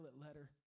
letter